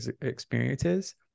experiences